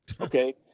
Okay